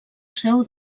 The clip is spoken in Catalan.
seu